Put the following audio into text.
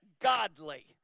Godly